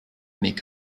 mais